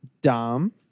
Dom